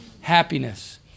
happiness